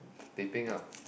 teh peng ah